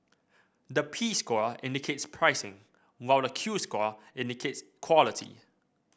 the P score indicates pricing while the Q score indicates quality